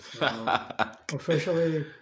Officially